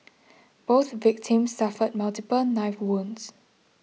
both victims suffered multiple knife wounds